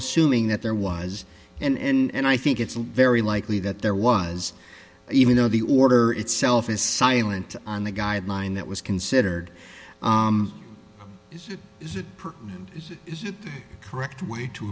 assuming that there was and i think it's very likely that there was even though the order itself is silent on the guideline that was considered is it is it is it is it the correct way to